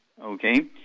Okay